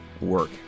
work